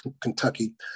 Kentucky